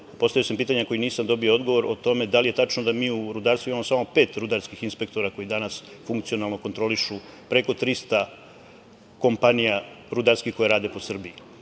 postavio sam pitanje na koje nisam dobio odgovor, o tome da li je tačno da mi u rudarstvu imamo samo pet rudarskih inspektora koji danas funkcionalno kontrolišu preko 300 kompanija rudarskih koje rade po Srbiji? To